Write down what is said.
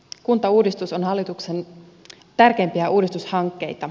kuntauudistus on hallituksen tärkeimpiä uudistushankkeita